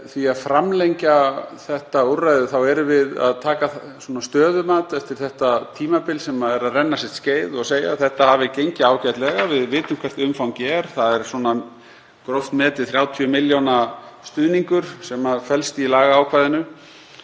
því að framlengja þetta úrræði erum við að taka stöðumat eftir þetta tímabil sem er að renna sitt skeið og segja að þetta hafi gengið ágætlega. Við vitum hvert umfangið er, svona gróft metið felst 30 millj. kr. stuðningur í lagaákvæðinu